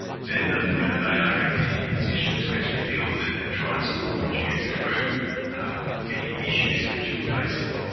then the better they are going to be positioned to actually deal with it and try and support you through any issues that you're facing.